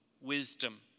wisdom